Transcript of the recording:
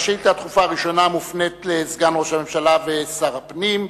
והשאילתא הדחופה הראשונה מופנית לסגן ראש הממשלה ושר הפנים,